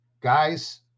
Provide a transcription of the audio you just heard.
guys